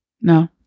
No